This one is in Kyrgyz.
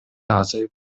азайып